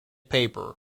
paper